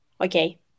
okay